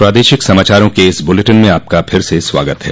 प्रादेशिक समाचारों के इस बुलेटिन में आपका फिर से स्वागत है